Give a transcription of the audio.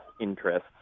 interests